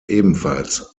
ebenfalls